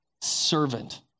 servant